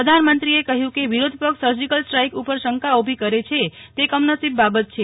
પ્રધાનમંત્રીએ કહ્યું કે વિરોધપક્ષ સર્જીકલ સ્ટ્રાઇક ઉપર શંકા ઉભી કરે છે તે કમનસીબ બાબત છે